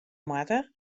moatte